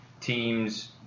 teams